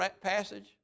passage